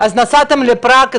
אז נסעתם לפראג,